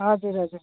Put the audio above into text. हजुर हजुर